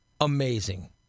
amazing